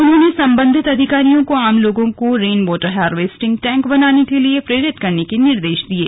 उन्होंने संबंधित अधिकारियों को आम लोगों को रेन वॉटर हारवेस्टिंग टैंक बनाने के लिए प्रेरित करने के निर्देश दिये